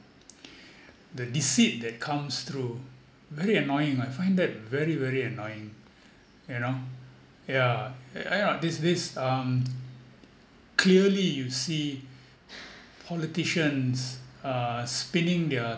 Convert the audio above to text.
the deceit that comes through very annoying I find that very very annoying you know yeah and this this um clearly you see politicians uh spinning their